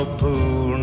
pool